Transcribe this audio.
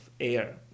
air